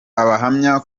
abahamya